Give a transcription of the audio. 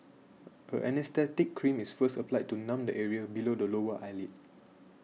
an anaesthetic cream is first applied to numb the area below the lower eyelid